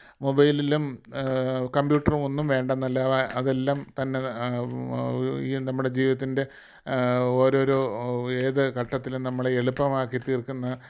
മൊബൈലിലും കമ്പ്യൂട്ടറും ഒന്നും വേണ്ടെന്നല്ല അതെല്ലാം തന്നെ ഈ നമ്മുടെ ജീവിതത്തിൻറെ ഓരോരോ ഏത് ഘട്ടത്തിലും നമ്മളെ എളുപ്പമാക്കിത്തീർക്കുന്ന പു